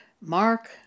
Mark